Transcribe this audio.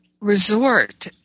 resort